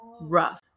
rough